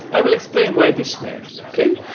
i will explain why this matter, okay?